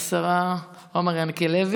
הודעות הממשלה, השרה עומר ינקלביץ'.